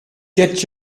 get